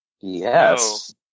Yes